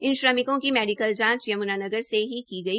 इन श्रमिकों की मेडिकल जांच यम्नानगर मे ही की गई